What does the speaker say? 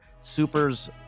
supers